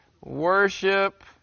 Worship